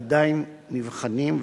עדיין נבחנים,